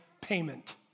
payment